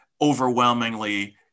overwhelmingly